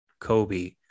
Kobe